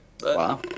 Wow